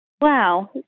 wow